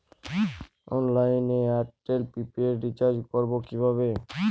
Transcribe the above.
অনলাইনে এয়ারটেলে prepaid recharge করবো কিভাবে?